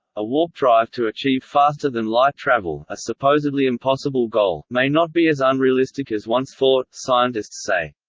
a warp drive to achieve faster-than-light travel, a supposedly impossible goal, may not be as unrealistic as once thought, scientists say.